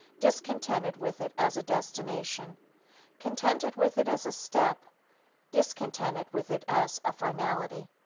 discontented with it as a destination contented with it as a step discontented with it as a finality.